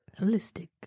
Holistic